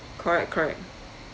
correct correct